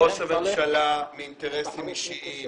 ראש הממשלה, מאינטרסים אישיים,